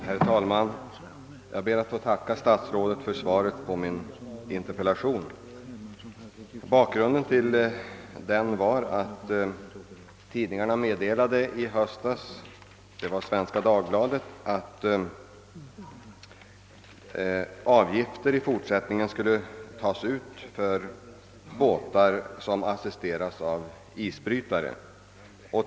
Herr talman! Jag ber att få tacka statsrådet för svaret på min interpellation. Bakgrunden till den var att Svenska Dagbladet i höstas meddelade att kostnader för isbrytningen i fortsättningen skulle tas ut i form av avgifter av båtar som assisteras av isbrytare.